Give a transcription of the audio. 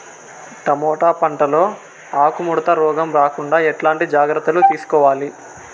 Tomato పంట లో ఆకు ముడత రోగం రాకుండా ఎట్లాంటి జాగ్రత్తలు తీసుకోవాలి?